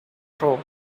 through